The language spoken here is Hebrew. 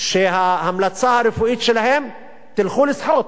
ההמלצה הרפואית שלהם: לכו לשחות.